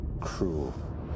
cruel